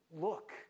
look